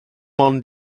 ond